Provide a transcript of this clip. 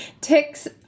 ticks